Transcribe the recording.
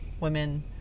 women